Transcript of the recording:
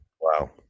Wow